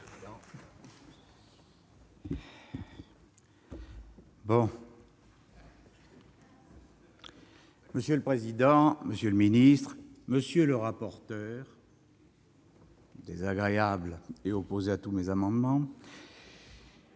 Monsieur le président, monsieur le secrétaire d'État, monsieur le rapporteur, désagréable et opposé à tous mes amendements,